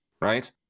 right